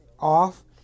off